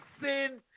sin